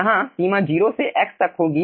यहां सीमा 0 से x तक होंगी